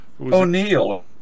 O'Neill